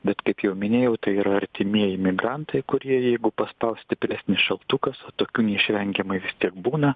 bet kaip jau minėjau tai yra artimieji migrantai kurie jeigu paspaus stipresnis šaltukas o tokių neišvengiamai būna